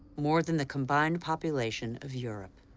more than the combined population of europe.